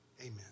Amen